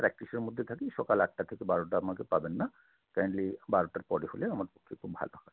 প্র্যাকটিসের মধ্যে থাকি সকাল আটটা থেকে বারোটা আমাকে পাবেন না কাইন্ডলি বারোটার পরে হলে আমার পক্ষে খুব ভালো হয়